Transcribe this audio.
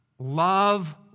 Love